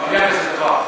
לא היה כזה דבר.